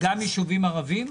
גם יישובים ערביים?